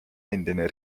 endine